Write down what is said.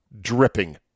dripping